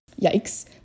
Yikes